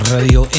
Radio